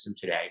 today